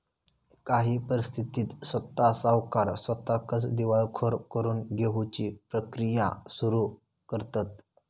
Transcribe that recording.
काही परिस्थितीत स्वता सावकार स्वताकच दिवाळखोर करून घेउची प्रक्रिया सुरू करतंत